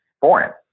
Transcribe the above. foreign